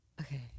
okay